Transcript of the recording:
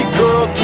girl